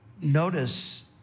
notice